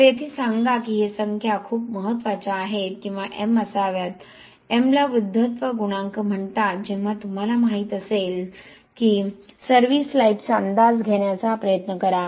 तर येथे सांगा की हे संख्या खूप महत्वाचे आहेत किंवा M असावेत M ला वृद्धत्व गुणांक म्हणतो जेव्हा तुम्हाला माहित असेल तेव्हा सर्व्हीस लाईफचा अंदाज घेण्याचा प्रयत्न करा